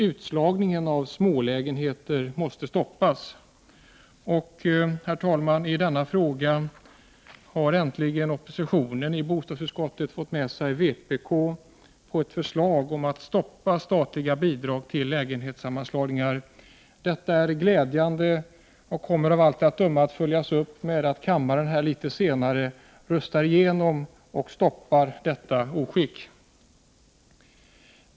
Utslagningen av smålägenheter måste stoppas. Och, herr talman, i denna fråga har äntligen oppositionen i bostadsutskottet fått med sig vpk på ett förslag om att stoppa statliga bidrag till lägenhetssammanslagningar. Detta är glädjande och kommer av allt att döma följas upp med att kammaren här litet senare röstar igenom förslaget att stoppa detta oskick.